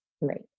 Right